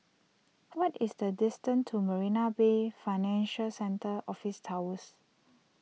what is the distance to Marina Bay Financial Centre Office Towers